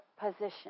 position